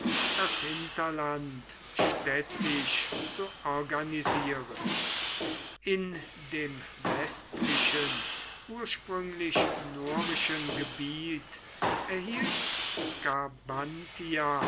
das hinterland städtisch zu organisieren in dem westlichen ursprünglich norischen gebiet erhielt